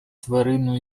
тварину